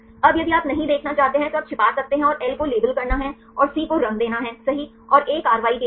अब यदि आप नहीं देखना चाहते हैं तो आप छिपा सकते हैं और L को लेबल करना है और C को रंग देना है सहीऔर A कार्रवाई के लिए है